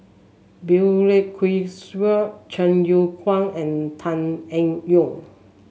Balli Kaur Jaswal Chong Kee Hiong and Tan Eng Yoon